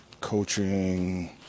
coaching